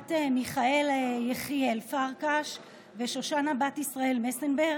בת מיכאל יחיאל פרקש ושושנה בת ישראל מסנברג,